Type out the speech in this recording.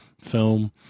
film